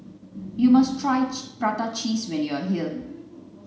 You must try prata cheese when you are here